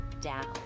down